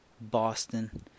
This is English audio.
Boston